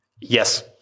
yes